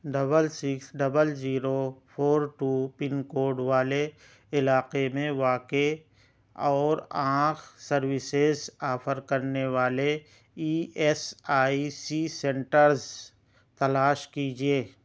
double six double zero four two pin code والے علاقے میں واقع اور آنکھ سروسز آفر کرنے والے E S I C centres تلاش کیجیے